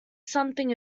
something